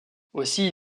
aussi